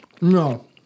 No